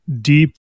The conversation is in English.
deep